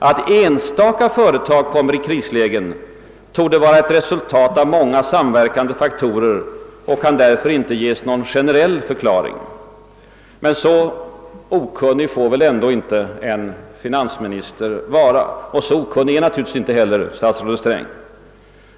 — »Att enstaka företag kommer i krislägen torde», heter det, »vara ett resultat av många samverkande faktorer och kan därför inte ges någon generell förklaring.» Men så okunnig får väl ändå inte en finansminister vara, och det är naturligtvis inte heller statsrådet Sträng.